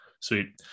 Sweet